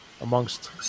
amongst